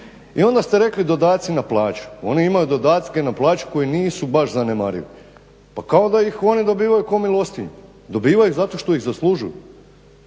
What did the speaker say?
I onda ste rekli dodaci na plaću, oni imaju dodatke na plaću koji nisu baš zanemarivi. Pa kao da ih oni dobivaju kao milostinju, dobivaju zato što ih zaslužuju.